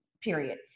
period